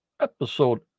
episode